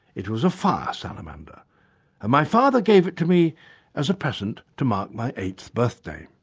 it was a fire salamander, and my father gave it to me as a present to mark my eighth birthday.